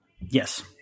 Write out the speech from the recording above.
yes